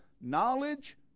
knowledge